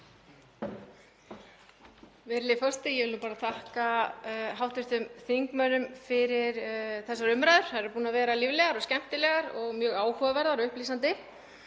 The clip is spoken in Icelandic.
Virðulegi forseti. Ég vil þakka hv. þingmönnum fyrir þessar umræður. Þær eru búnar að vera líflegar og skemmtilegar og mjög áhugaverðar og upplýsandi.